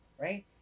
right